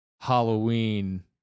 Halloween